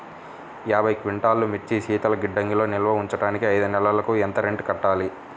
యాభై క్వింటాల్లు మిర్చి శీతల గిడ్డంగిలో నిల్వ ఉంచటానికి ఐదు నెలలకి ఎంత రెంట్ కట్టాలి?